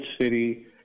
City